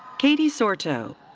katy sorto.